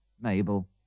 Mabel